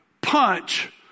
punch